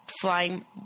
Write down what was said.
flying